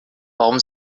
warum